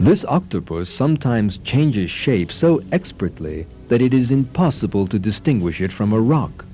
this octopus sometimes changes shape so expertly that it is impossible to distinguish it from